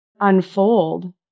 unfold